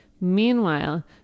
Meanwhile